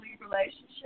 relationship